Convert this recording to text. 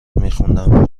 میخوندم